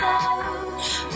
love